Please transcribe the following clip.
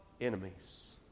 enemies